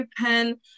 open